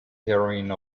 heroine